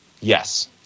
Yes